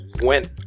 went